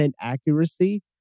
accuracy